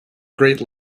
great